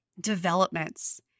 developments